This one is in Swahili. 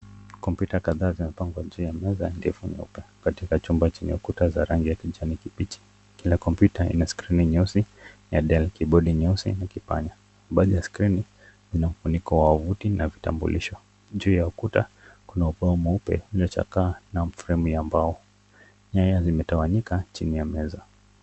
Kompyuta kadhaa zimepangwa katika meza ndefu nyeupe, katika chumba chenye ukuta za kijani kibichi, kila kompyuta ina skirini nyeusi ya [dell], na kibodi nyeusi na kipanya. Kwenye skrini, lina ufuniko wa uvuti na vitambulisho, juu ya ukuta kuna ubao mweupe uliochakaa, na fremu ya mbao, nyaya zimetawanyika chini ya meza.